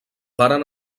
varen